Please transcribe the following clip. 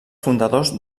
fundadors